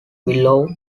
below